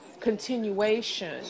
continuation